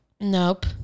Nope